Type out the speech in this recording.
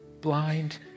blind